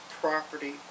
property